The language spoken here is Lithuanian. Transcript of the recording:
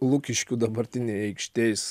lukiškių dabartinėj aikštės